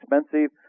expensive